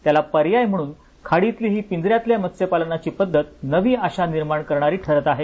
त्याला पर्याय म्हणून हि पिंजऱ्यातल्या मत्स्य पालनाची पद्धत नवी आशा निर्माण करणारी ठरत आहे